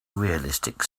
realistic